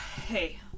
Hey